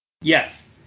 Yes